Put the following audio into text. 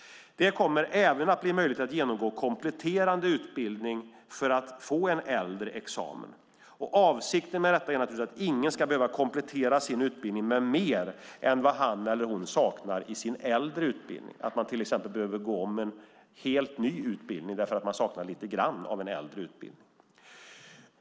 Det kommer även att bli möjligt att genomgå kompletterande utbildning för att få en äldre examen. Avsikten är att ingen ska behöva komplettera sin utbildning med mer än vad han eller hon saknar i sin äldre utbildning, att man till exempel behöver gå en helt ny utbildning därför att man saknar lite grann av en äldre utbildning.